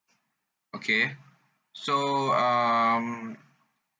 okay so um